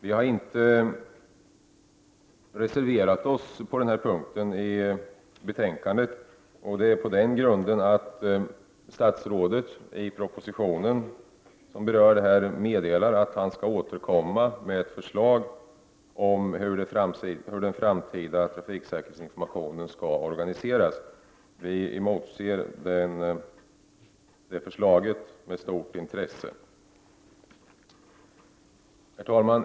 Vi har inte reserverat oss på den här punkten i betänkandet, och det är på den grunden att statsrådet i propositionen meddelar att han skall återkomma med ett förslag om hur den framtida trafiksäkerhetsinformationen skall organiseras. Vi emotser det förslaget med stort intresse. Herr talman!